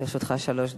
לרשותך שלוש דקות.